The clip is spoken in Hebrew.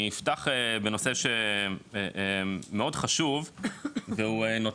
אני אפתח בנושא שהוא מאוד חשוב והוא נותן